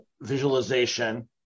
visualization